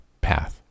path